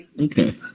Okay